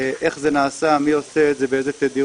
איך זה נעשה, מי עושה את זה, באיזה תדירות,